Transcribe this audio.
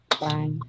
Bye